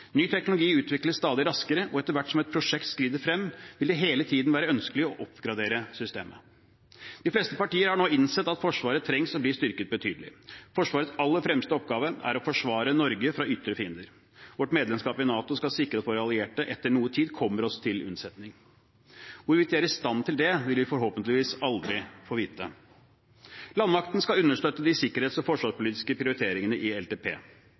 Ny teknologi utvikles stadig raskere, og etter hvert som et prosjekt skrider frem, vil det hele tiden være ønskelig å oppgradere systemet. De fleste partier har nå innsett at Forsvaret trenger å bli styrket betydelig. Forsvarets aller fremste oppgave er å forsvare Norge mot ytre fiender. Vårt medlemskap i NATO skal sikre at våre allierte etter noe tid kommer oss til unnsetning. Hvorvidt de er i stand til det, vil vi forhåpentligvis aldri få vite. Landmakten skal understøtte de sikkerhets- og forsvarspolitiske prioriteringene i LTP,